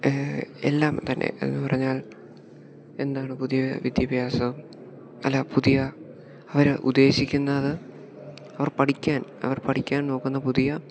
എല്ലാംതന്നെ എന്ന് പറഞ്ഞാൽ എന്താണ് പുതിയ വിദ്യാഭ്യാസം അല്ല പുതിയ അവർ ഉദ്ദേശിക്കുന്നത് അവർ പഠിക്കാൻ അവർ പഠിക്കാൻ നോക്കുന്ന പുതിയ